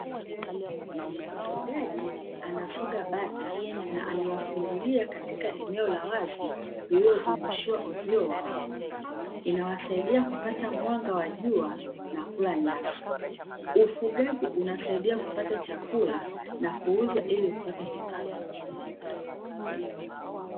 Mfugaji anafuga bata na amewafungulia katika eneo la wazi liliozungushiwa uzio wa wavu inawasaidia kupata mwanga wa jua na kula nyasi, ufugaji unasaidia kupata chakula na kuuza ili kupata kipato.